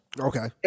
Okay